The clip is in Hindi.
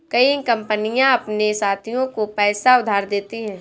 कई कंपनियां अपने साथियों को पैसा उधार देती हैं